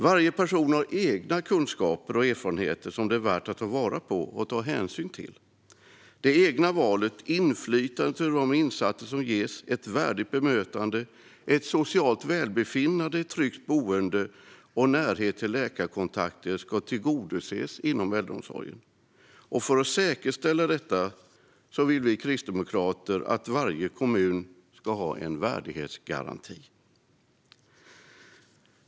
Varje person har egna kunskaper och erfarenheter som det är värt att ta vara på och ta hänsyn till. Det egna valet, inflytande över de insatser som ges, ett värdigt bemötande, ett socialt välbefinnande, ett tryggt boende och närhet till läkarkontakter ska tillgodoses inom äldreomsorgen. För att säkerställa detta vill vi kristdemokrater att varje kommun ska ha en värdighetsgaranti.